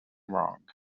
wrong